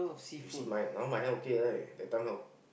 you see my now my hand okay right that time how